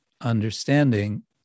understanding